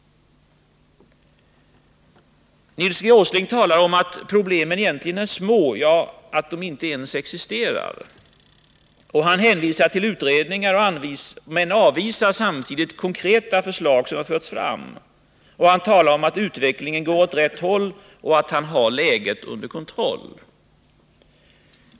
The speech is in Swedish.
Nils G. Åsling talar om att problemen egentligen är små, ja, att de inte ens existerar. Han hänvisar till utredningar men avvisar samtidigt konkreta förslag som förts fram. Han talar om att utvecklingen går åt rätt håll och att han har läget under kontroll.